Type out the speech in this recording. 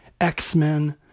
X-Men